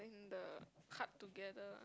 the heart together